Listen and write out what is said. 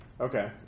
Okay